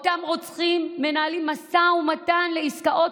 אותם רוצחים מנהלים משא ומתן על עסקאות